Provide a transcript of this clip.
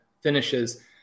finishes